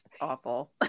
awful